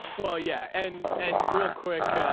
well, yeah. and, and real quick, ah,